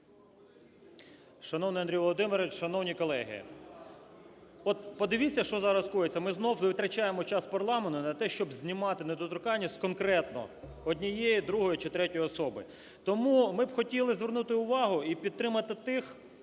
Шановний Андрію Володимировичу, шановні колеги, от подивіться, що зараз коїться. Ми знову витрачаємо час парламенту на те, щоб знімати недоторканність з конкретно однієї, другої чи третьої особи. Тому ми б хотіли звернути увагу і підтримати тих,